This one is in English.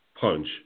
punch